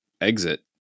exit